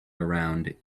around